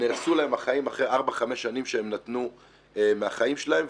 ונהרסו להם החיים אחרי ארבע-חמש שנים שהם נתנו מהחיים שלהם.